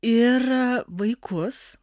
ir vaikus